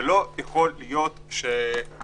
שלא יכול להיות ששוטרים